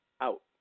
out